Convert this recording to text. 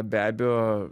be abejo